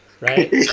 right